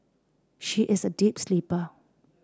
she is a deep sleeper